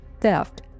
theft